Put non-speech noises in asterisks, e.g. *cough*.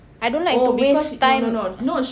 I don't like to waste time *breath*